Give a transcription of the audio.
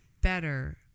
better